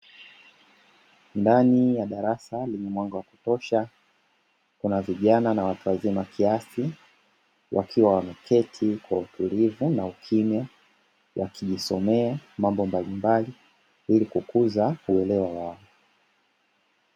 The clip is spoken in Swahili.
Ndani ya darasa lenye mwanga wa kutosha kuna vijana na watu wazima kiasi wakiwa wameketi kwa utulivu na ukimya wakijisomea mambo mbalimbali ili kukuza uelewa wao.